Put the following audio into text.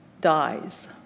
dies